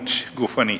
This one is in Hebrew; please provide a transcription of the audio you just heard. אלימות גופנית.